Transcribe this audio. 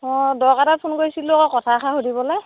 অঁ দৰকাৰ এটাত ফোন কৰিছিলোঁ আকৌ কথা এষাৰ সুধিবলৈ